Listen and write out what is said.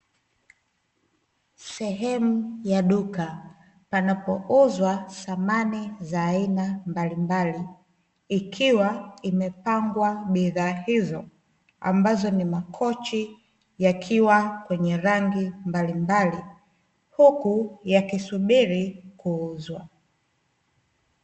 Sehemu ya duka panapouzwa samani za aina mbalimbali ikiwa imepambwa bidhaa hizo ambazo ni makochi yakiwa kwenye rangi mbalimbali huku yakisubiri kuuzwa.